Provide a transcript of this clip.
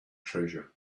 treasure